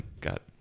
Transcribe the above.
got